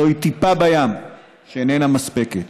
זוהי טיפה בים שאיננה מספקת.